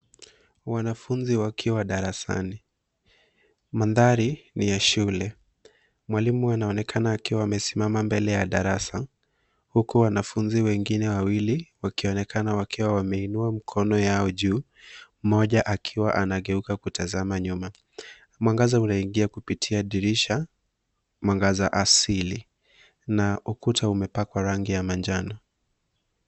Wanafunzi wakiwa darasani, mandhari ni ya shule. Mwalimu anaonekana akiwa anasimama mbele ya darasa huku wanafunzi wengine wawili wakionekana wakiwa wameinua mkono yao juu mmoja akiwa anageuka kutazama nyuma. Mwangaza unaingia kupitia dirisha, mwangaza asili na ukuta umepakwa rangi ya manjano.